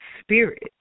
spirit